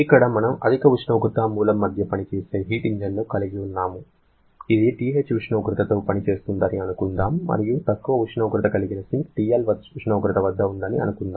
ఇక్కడ మనము అధిక ఉష్ణోగ్రత మూలం మధ్య పనిచేసే హీట్ ఇంజిన్ని కలిగి ఉన్నాము ఇది TH ఉష్ణోగ్రతతో పనిచేస్తుందని అనుకుందాం మరియు తక్కువ ఉష్ణోగ్రత కలిగిన సింక్ TL ఉష్ణోగ్రత వద్ద ఉందని అనుకుందాం